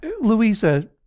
Louisa